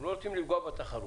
הם לא רוצים לפגוע בתחרות.